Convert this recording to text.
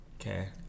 Okay